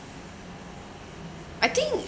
I think